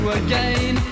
again